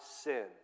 sin